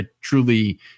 truly